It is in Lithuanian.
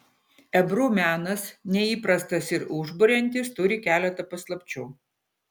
ebru menas neįprastas ir užburiantis turi keletą paslapčių